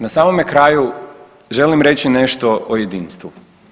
Na samome kraju želim reći nešto o jedinstvu.